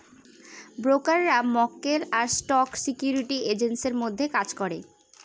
ব্রোকাররা মক্কেল আর স্টক সিকিউরিটি এক্সচেঞ্জের মধ্যে কাজ করে